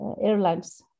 airlines